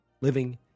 living